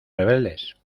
rebeldes